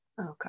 Okay